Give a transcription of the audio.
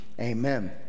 Amen